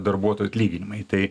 darbuotojų atlyginimai tai